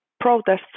protests